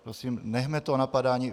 Prosím, nechme to napadání.